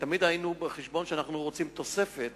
תמיד היה לנו חשבון שאנחנו רוצים תוספת